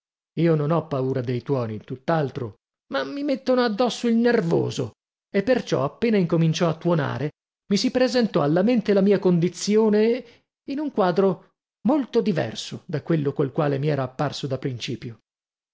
io non ho paura dei tuoni tutt'altro ma mi mettono addosso il nervoso e perciò appena incominciò a tuonare mi si presentò alla mente la mia condizione in un quadro molto diverso da quello col quale mi era apparso da principio